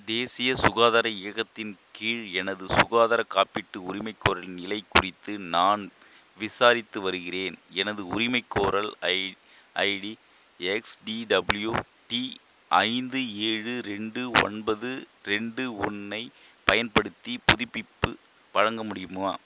தேசிய சுகாதார இயக்கத்தின் கீழ் எனது சுகாதார காப்பீட்டு உரிமைகோரலின் நிலை குறித்து நான் விசாரித்து வருகிறேன் எனது உரிமைகோரல் ஐ ஐடி எக்ஸ்டிடபிள்யுடி ஐந்து ஏழு ரெண்டு ஒன்பது ரெண்டு ஒன்றை பயன்படுத்தி புதுப்பிப்பு வழங்க முடியுமா